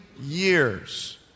years